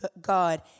God